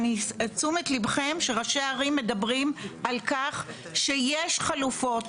אני תשומת לבכם שראשי הערים מדברים על כך שיש חלופות,